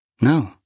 No